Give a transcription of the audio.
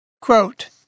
quote